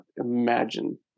imagine